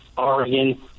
oregon